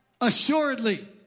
assuredly